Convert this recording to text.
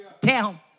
down